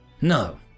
No